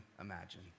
imagine